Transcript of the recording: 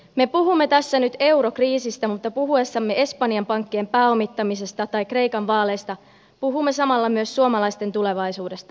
me puhumme tässä nyt eurokriisistä mutta puhuessamme espanjan pankkien pääomittamisesta tai kreikan vaaleista puhumme samalla myös suomalaisten tulevaisuudesta